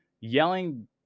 yelling